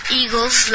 eagles